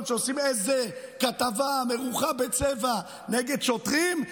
שעושים איזה כתבה מרוחה בצבע נגד שוטרים,